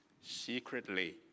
secretly